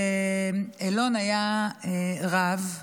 אילון היה רב,